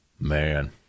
man